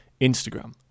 Instagram